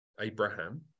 Abraham